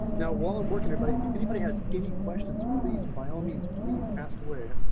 now while i'm working. anybody, anybody has any questions, please, by all means please ask away.